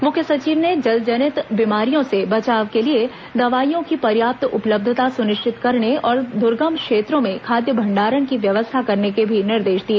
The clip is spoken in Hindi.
मुख्य सचिव ने जलजनित बीमारियों से बचाव के लिए दवाइयों की पर्याप्त उपलब्धता सुनिश्चित करने और द्र्गम क्षेत्रों में खाद्य भंडारण की व्यवस्था करने के भी निर्देश दिए